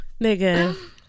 nigga